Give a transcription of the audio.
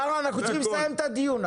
קארה, קארה, אנחנו צריכים לסיים את הדיון.